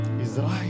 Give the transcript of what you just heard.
Israel